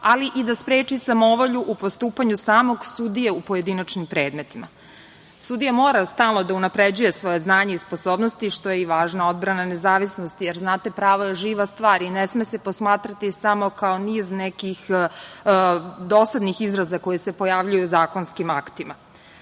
ali i da spreči samovolju u postupanju samog sudije u pojedinačnim predmetima. Sudija mora stalno da unapređuje svoje znanje i sposobnosti, što je i važna odbrana nezavisnosti, jer znate pravo je živa stvar i ne sme se posmatrati samo kao niz nekih dosadnih izraza koji se pojavljuju u zakonskim